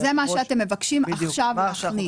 זה מה שאתם מבקשים עכשיו רשמית.